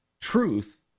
truth